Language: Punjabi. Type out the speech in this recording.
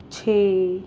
ਛੇ